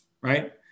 right